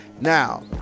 Now